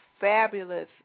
fabulous